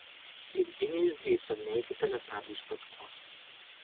ir ji neišdrįso neiti teletabiui iš paskos